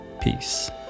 Peace